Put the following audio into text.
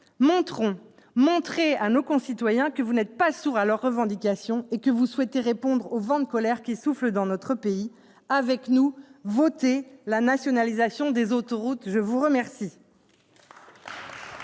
montrez à nos concitoyens que vous n'êtes pas sourds à leurs revendications et que vous souhaitez répondre au vent de colère qui souffle dans notre pays. Avec nous, votez la nationalisation des autoroutes ! La parole